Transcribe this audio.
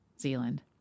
Zealand